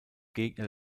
gegner